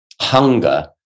hunger